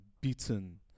beaten